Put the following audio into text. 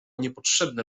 niepotrzebne